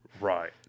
Right